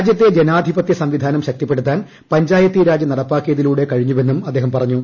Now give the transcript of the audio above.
രാജ്യത്തെ ജനാധിപത്യ സംവിധാനം ശക്തിപ്പെടുത്താൻ പഞ്ചായത്തീരാജ് നടപ്പാക്കിയതിലൂടെ കഴിഞ്ഞുവെന്നും അദ്ദേഹം പറഞ്ഞു